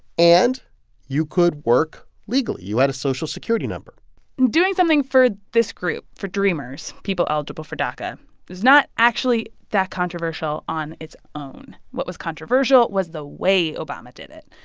and you could work legally. you had a social security number doing something for this group for dreamers, people eligible for daca is not actually that controversial on its own. what was controversial was the way obama did it.